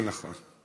זה נכון.